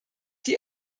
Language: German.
die